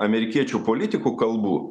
amerikiečių politikų kalbų